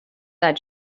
that